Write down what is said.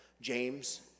James